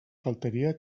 faltaria